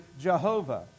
Jehovah